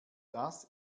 das